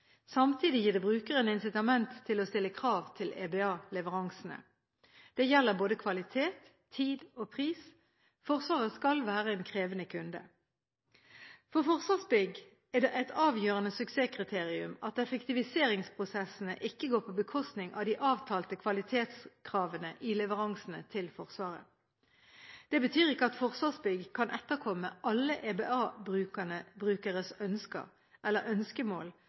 Samtidig gir det brukeren incitamenter til å stille krav til EBA-leveransene. Det gjelder både kvalitet, tid og pris. Forsvaret skal være en krevende kunde. For Forsvarsbygg er det et avgjørende suksesskriterium at effektiviseringsprosessene ikke går på bekostning av de avtalte kvalitetskravene i leveransene til Forsvaret. Det betyr ikke at Forsvarsbygg kan etterkomme alle EBA-brukeres ønsker, eller ønskemål